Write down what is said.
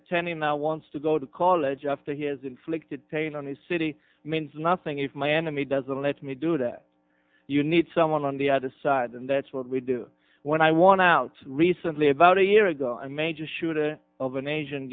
turning our wants to go to college after he has inflicted pain on the city means nothing if my enemy doesn't let me do that you need someone on the other side and that's what we do when i want to recently about a year ago a major shooter of an asian